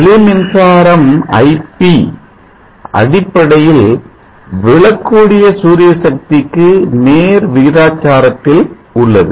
ஒளி மின்சாரம் ip அடிப்படையில் விழக்கூடிய சூரிய சக்திக்கு நேர் விகிதாச்சாரத்தில் உள்ளது